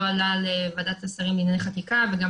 הוא לא עלה לוועדת השרים לענייני חקיקה וגם